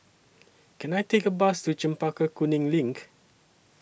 Can I Take A Bus to Chempaka Kuning LINK